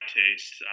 taste